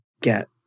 get